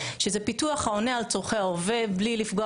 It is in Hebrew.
שזה פיתוח העונה על צורכי העובד בלי לפגוע